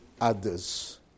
others